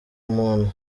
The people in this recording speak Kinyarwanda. muntu